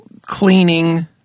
cleaning